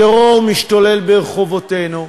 הטרור משתולל ברחובותינו,